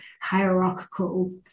hierarchical